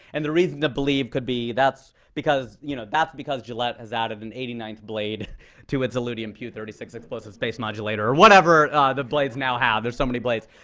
and the reason to believe could be that's because you know that's because gillette has added an eighty ninth blade to it's eludium pew thirty six explosive space modulator or whatever the blades now have. there are so many blades.